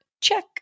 check